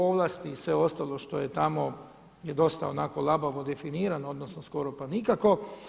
Ovlasti i sve ostalo što je tamo je dosta onako labavo definirano, odnosno skoro pa nikako.